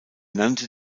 nannte